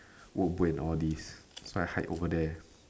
workbook and all these so I hide over there